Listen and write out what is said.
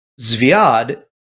Zviad